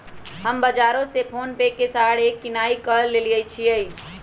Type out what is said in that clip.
हम बजारो से फोनेपे के सहारे किनाई क लेईछियइ